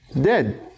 Dead